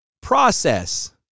process